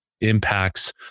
impacts